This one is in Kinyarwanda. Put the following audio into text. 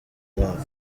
mwaka